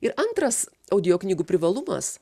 ir antras audio knygų privalumas